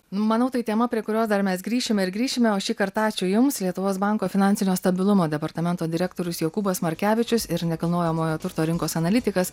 manau tai tema prie kurios dar mes grįšime ir grįšime o šįkart ačiū jums lietuvos banko finansinio stabilumo departamento direktorius jokūbas markevičius ir nekilnojamojo turto rinkos analitikas